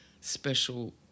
special